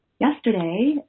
yesterday